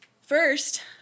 First